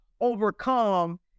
overcome